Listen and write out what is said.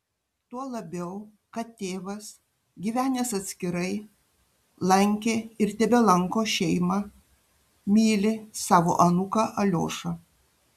tuo labiau kad tėvas gyvenęs atskirai lankė ir tebelanko šeimą myli savo anūką aliošą